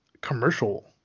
commercial